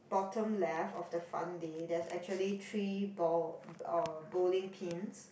bottom left of the fun day there is actually three ball um bowling pins